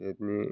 बिदिनो